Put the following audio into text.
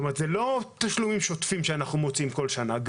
אלה לא תשלומים שוטפים שאנחנו מוציאים כל שנה.